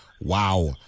Wow